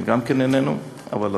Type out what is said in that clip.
גם כן איננו, אבל אדבר,